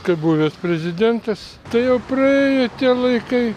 kaip buvęs prezidentas tai jau praėjo tie laikai